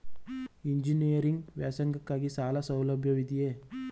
Engineering ವ್ಯಾಸಂಗಕ್ಕಾಗಿ ಸಾಲ ಸೌಲಭ್ಯವಿದೆಯೇ?